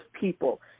people